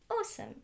Awesome